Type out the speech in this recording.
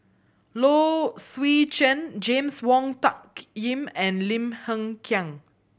Low Swee Chen James Wong Tuck Yim and Lim Hng Kiang